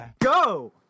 go